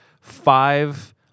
five